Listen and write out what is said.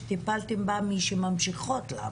שטיפלתם בה היא של אלה שממשיכות לעבוד.